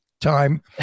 time